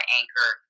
anchor